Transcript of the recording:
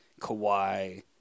Kawhi